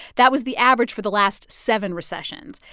that was the average for the last seven recessions.